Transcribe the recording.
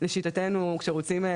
לשיטתנו כשרוצים,